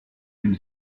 une